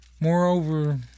Moreover